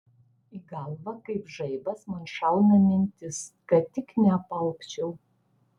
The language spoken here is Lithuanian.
į galvą kaip žaibas man šauna mintis kad tik neapalpčiau